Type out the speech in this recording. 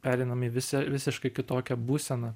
pereinam į vise visiškai kitokią būseną